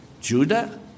Judah